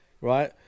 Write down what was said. right